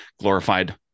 glorified